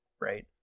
Right